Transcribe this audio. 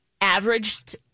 averaged